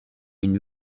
une